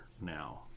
now